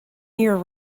year